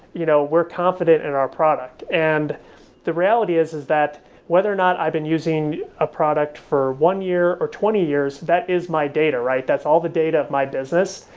you know we're confident in our product. and the reality is, is that whether or not i've been using a product for one year, or twenty years, that is my data. that's all the data of my business,